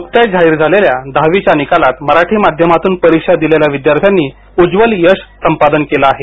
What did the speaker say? नुकत्याच जाहीर झालेल्या दहावीच्या निकालात मराठी माध्यमातून परीक्षा दिलेल्या विद्यार्थ्यांनी उज्ज्वल यश संपादन केले आहे